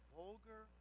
vulgar